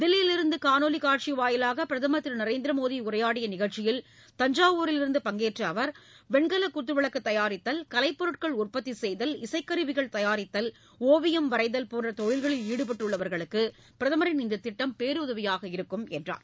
தில்லியிலிருந்து காணொலிக் காட்சி வாயிலாக பிரதமர் திரு நரேந்திர மோடி உரையாடிய நிகழ்ச்சியில் தஞ்சாவூரிலிருந்து பங்கேற்ற அவர் வெண்கல குத்து விளக்கு தயாரித்தல் கலைப் பொருட்கள் உற்பத்தி செய்தல் இசைக் கருவிகள் தயாரித்தல் ஒவியம் வரைதல் போன்ற தொழில்களில் ஈடுபட்டுள்ளவர்களுக்கு பிரதமரின் இந்த திட்டம் பேருதவியாக இருக்கும் என்றார்